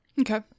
Okay